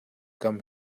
kam